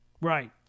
Right